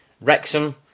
Wrexham